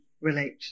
relate